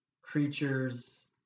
creatures